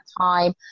time